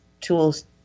tools